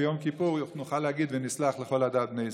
וביום כיפור נוכל להגיד: ונסלח לכל עדת בית ישראל.